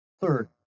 third